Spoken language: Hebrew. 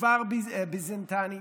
כפר ביזנטי,